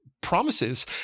promises